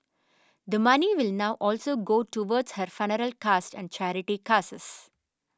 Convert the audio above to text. the money will now also go towards her costs and charity causes